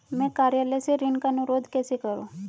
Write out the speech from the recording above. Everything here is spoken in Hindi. मैं कार्यालय से ऋण का अनुरोध कैसे करूँ?